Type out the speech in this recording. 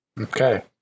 Okay